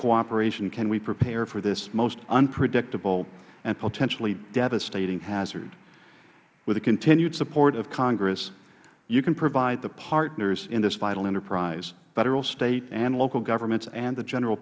cooperation can we prepare for this most unpredictable and potentially devastating hazard with the continued support of congress you can provide the partners in this vital enterprise federal state and local governments and the general